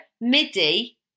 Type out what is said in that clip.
Midi